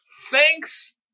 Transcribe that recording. Thanks